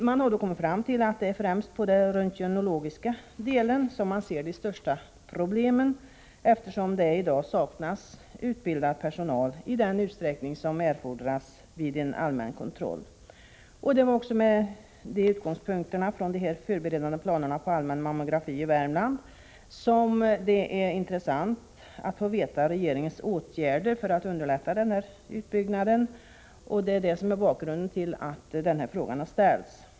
Man har då kommit fram till att det är främst på den röntgenologiska delen som de största problemen föreligger, eftersom det i dag inte finns utbildad personal i den utsträckning som erfordras vid en allmän kontroll. Det är med utgångspunkt i de här förberedande planerna på allmän mammografikontroll i Värmland som det är intressant att få veta vilka åtgärder regeringen avser att vidta för att underlätta utbyggnaden. Detta är alltså bakgrunden till frågan.